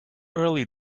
early